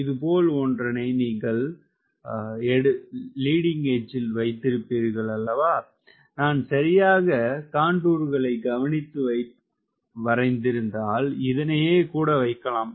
இது போல் ஒன்றனை நீங்கள் லீடிங்க் எட்ஜில் வைப்பீர்களன்றோ நான் சரியாக கான்டூர்களை கவனித்து வரைந்திருந்தால் இதனையே கூட வைக்கலாம்